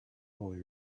boy